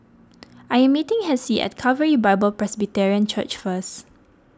I am meeting Hessie at Calvary Bible Presbyterian Church first